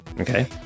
Okay